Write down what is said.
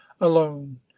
alone